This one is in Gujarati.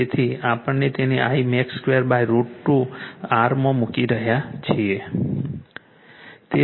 તેથી આપણે તેને Imax 2 √ 2 R માં મૂકી રહ્યા છીએ